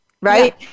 right